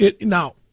now